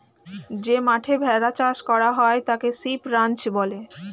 যে মাঠে ভেড়া চাষ করা হয় তাকে শিপ রাঞ্চ বলে